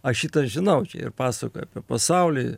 aš šitą žinau čia ir pasakojo apie pasaulį